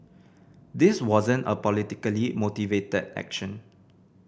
this wasn't a politically motivated action